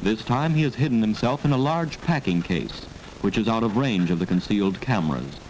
this time he has hidden themself in a large packing case which is out of range of the concealed cameras